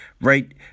right